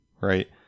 right